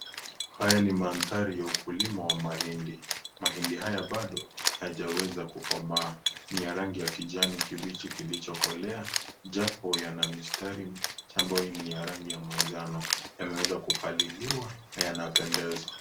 Haya ni mandhari ya ukulima wa mahindi. Mahindi haya bado hayajaweza kukomaa. Ni ya rangi ya kijani kibichi kilichokolea, japo yana mistari michache ambayo ni ya rangi ya manjano. Yameweza kupaliliwa na yanapendeza.